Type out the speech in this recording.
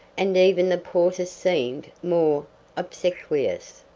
and even the porters seemed more obsequious.